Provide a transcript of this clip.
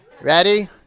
Ready